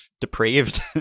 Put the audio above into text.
depraved